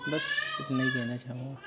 बस इतना ही कहना चाहूँगा